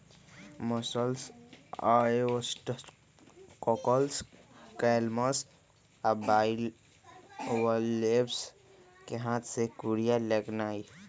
mussels, oyster, cockles, clams आ bivalves कें हाथ से कूरिया लगेनाइ